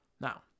Now